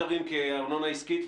ארנונה רגילה שאינה עסקית.